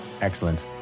Excellent